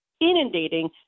inundating